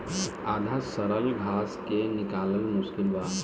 आधा सड़ल घास के निकालल मुश्किल बा